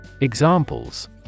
Examples